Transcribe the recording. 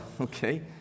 okay